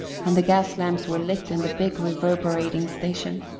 and the gas-lamps were lit in the big reverberating station.